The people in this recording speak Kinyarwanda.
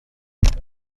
gahato